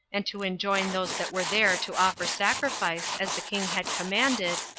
and to enjoin those that were there to offer sacrifice, as the king had commanded,